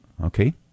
okay